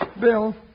Bill